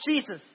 Jesus